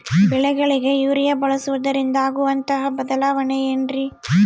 ಬೆಳೆಗಳಿಗೆ ಯೂರಿಯಾ ಬಳಸುವುದರಿಂದ ಆಗುವಂತಹ ಬದಲಾವಣೆ ಏನ್ರಿ?